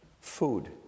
food